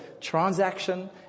transaction